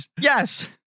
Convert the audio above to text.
yes